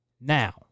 Now